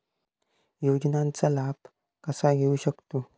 योजनांचा लाभ कसा घेऊ शकतू?